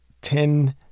Ten